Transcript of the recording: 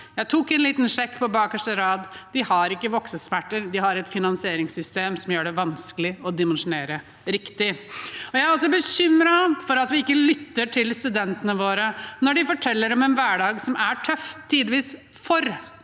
jeg tok en liten sjekk på bakerste rad: Vi har ikke voksesmerter; vi har et finansieringssystem som gjør det vanskelig å dimensjonere riktig. Jeg er også bekymret for at vi ikke lytter til studentene våre når de forteller om en hverdag som er tøff – tidvis for